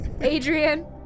Adrian